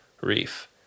reef